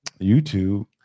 YouTube